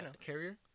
carrier